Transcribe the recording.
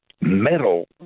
metal